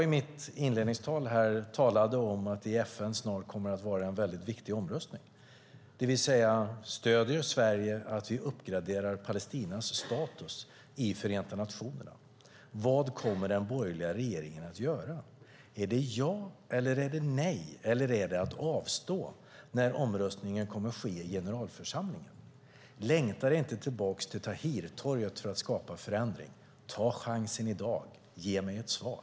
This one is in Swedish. I mitt inledningstal talade jag om att det snart kommer att vara en mycket viktig omröstning i FN. Stöder Sverige att vi uppgraderar Palestinas status i Förenta nationerna? Vad kommer den borgerliga regeringen att göra? Kommer den att säga ja eller nej eller att avstå när omröstningen sker i generalförsamlingen? Längta inte tillbaka till Tahrirtorget för att skapa förändring! Ta chansen i dag! Ge mig ett svar!